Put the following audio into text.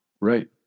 Right